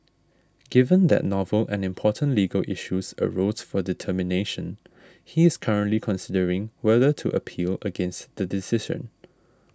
given that novel and important legal issues arose for determination he is currently considering whether to appeal against the decision